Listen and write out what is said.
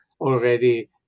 already